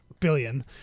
Billion